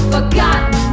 Forgotten